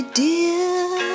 dear